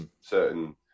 certain